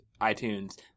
iTunes